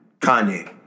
Kanye